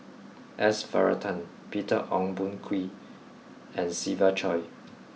S Varathan Peter Ong Boon Kwee and Siva Choy